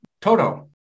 Toto